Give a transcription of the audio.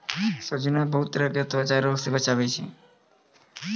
सोजीना बहुते तरह के त्वचा रोग से बचावै छै